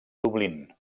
dublín